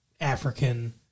African